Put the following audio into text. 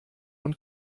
und